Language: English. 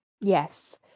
Yes